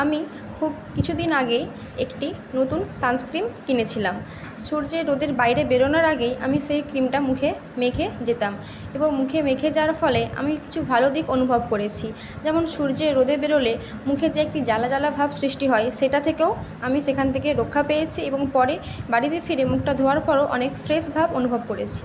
আমি খুব কিছুদিন আগেই একটি নতুন সানস্ক্রীম কিনেছিলাম সূর্যের রোদের বাইরে বেরোনোর আগেই আমি সেই ক্রীমটা মুখে মেখে যেতাম এবং মুখে মেখে যাওয়ার ফলে আমি কিছু ভালো দিক অনুভব করেছি যেমন সূর্যে রোদে বেরোলে মুখে যে একটি জ্বালা জ্বালা ভাব সৃষ্টি হয় সেটা থেকেও আমি সেখান থেকে রক্ষা পেয়েছি এবং পরে বাড়িতে ফিরে মুখটা ধোয়ার পরও অনেক ফ্রেশভাব অনুভব করেছি